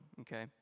okay